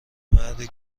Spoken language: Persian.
مردی